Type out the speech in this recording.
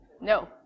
No